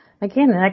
again